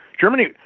Germany